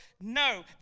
No